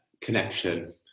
connection